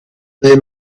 they